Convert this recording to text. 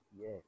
yes